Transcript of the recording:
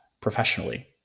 professionally